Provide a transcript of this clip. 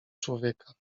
człowieka